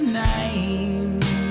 name